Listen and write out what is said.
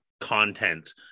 content